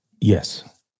Yes